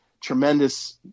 tremendous